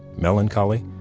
melancholy,